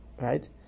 Right